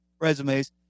resumes